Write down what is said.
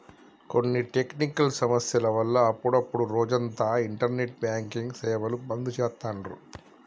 కొన్ని టెక్నికల్ సమస్యల వల్ల అప్పుడప్డు రోజంతా ఇంటర్నెట్ బ్యాంకింగ్ సేవలు బంద్ చేత్తాండ్రు